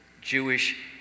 Jewish